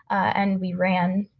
and we ran.